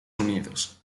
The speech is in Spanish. unidos